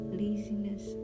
laziness